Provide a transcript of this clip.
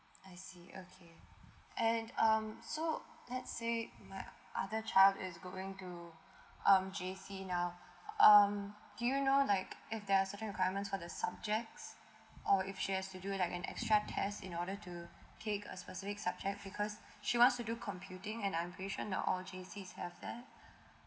I see okay and um so let's say my other child is going to um J_C now um do you know like eh there are certain requirement for the subjects or if she has to do like an extra test in order to pick a specific subject because she wants to do computing and I'm pretty sure in the all J_C do have that